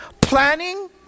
planning